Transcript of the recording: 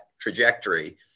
trajectory